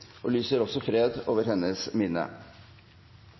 og lyser fred over hennes minne.